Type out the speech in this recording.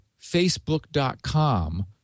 Facebook.com